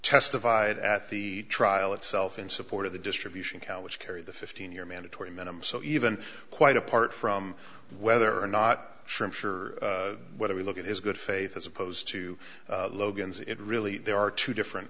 testified at the trial itself in support of the distribution cow which carry the fifteen year mandatory minimum so even quite apart from whether or not sure i'm sure whether we look at his good faith as opposed to logan's it really there are two different